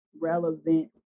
relevant